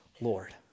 Lord